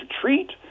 treat